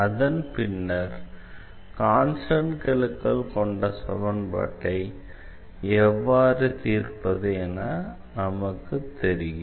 அதன் பின்னர் கான்ஸ்டண்ட் கெழுக்கள் கொண்ட சமன்பாட்டை எவ்வாறு தீர்ப்பது என நமக்குத் தெரியும்